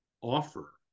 offer